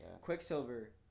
Quicksilver